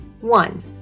One